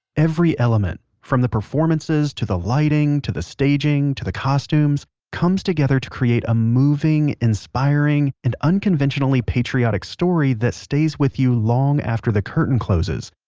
every element from the performances to the lighting, to the staging, to the costumes comes together to create a moving, inspiring, and unconventionally patriotic story that stays with you long after the curtain closes.